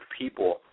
people